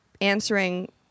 answering